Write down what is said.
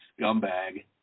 Scumbag